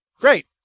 Great